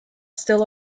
still